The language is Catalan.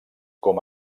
com